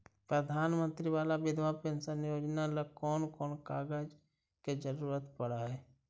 प्रधानमंत्री बाला बिधवा पेंसन योजना ल कोन कोन कागज के जरुरत पड़ है?